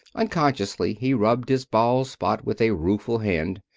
unconsciously he rubbed his bald spot with a rueful hand.